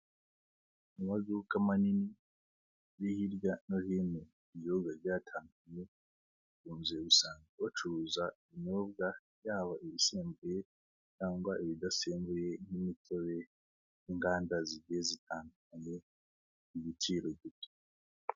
Mu maduka manini ari hirya no hino mu gihugu hagiye hatandukanye, ukunze gusanga bacuruza ibinyobwa yaba ibisembuye cyangwa ibidasembuye nk'imitobe n'inganda zigiye zitandukanye ku giciro gito.